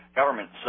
government